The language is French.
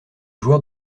joueurs